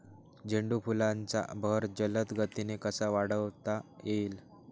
झेंडू फुलांचा बहर जलद गतीने कसा वाढवता येईल?